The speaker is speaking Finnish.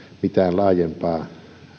mitään laajempaa